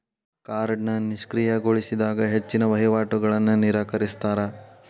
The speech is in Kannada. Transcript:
ಕಾರ್ಡ್ನ ನಿಷ್ಕ್ರಿಯಗೊಳಿಸಿದಾಗ ಹೆಚ್ಚಿನ್ ವಹಿವಾಟುಗಳನ್ನ ನಿರಾಕರಿಸ್ತಾರಾ